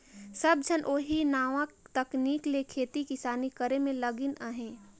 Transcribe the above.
सब झन ओही नावा तकनीक ले खेती किसानी करे में लगिन अहें